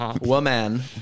woman